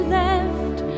left